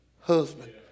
husband